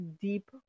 deep